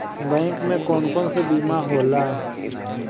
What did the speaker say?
Bank में कौन कौन से बीमा होला?